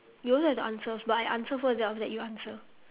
you also have the answers but I answer first then after that you answer